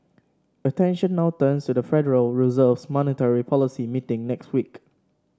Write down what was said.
attention now turns to the Federal Reserve's monetary policy meeting next week